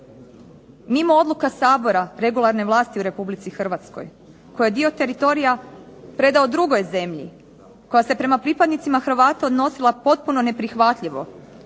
Mimo odluke Sabora regularne vlasti u Republici Hrvatskoj koji je dio teritorija predao drugoj zemlji, koja se prema pripadnicima Hrvata odnosila potpuno neprihvatljivo